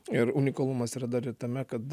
ir unikalumas yra dar ir tame kad